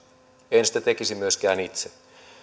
en sitä tekisi myöskään itse